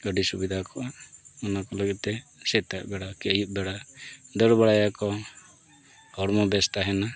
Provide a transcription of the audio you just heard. ᱟᱹᱰᱤ ᱥᱩᱵᱤᱫᱷᱟ ᱠᱚᱜᱼᱟ ᱚᱱᱟ ᱠᱚ ᱞᱟᱹᱜᱤᱫ ᱛᱮ ᱥᱮᱛᱟᱜ ᱵᱮᱲᱟ ᱠᱤ ᱟᱹᱭᱩᱵ ᱵᱮᱲᱟ ᱫᱟᱹᱲ ᱵᱟᱲᱟᱭᱟᱠᱚ ᱦᱚᱲᱢᱚ ᱵᱮᱥ ᱛᱟᱦᱮᱱᱟ